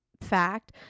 fact